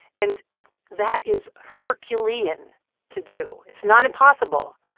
and that is. herculean to do. it's not impossible.